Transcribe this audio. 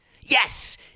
Yes